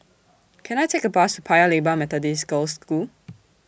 Can I Take A Bus to Paya Lebar Methodist Girls' School